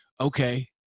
Okay